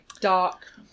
dark